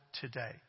today